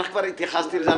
כבר התייחסתי לזה.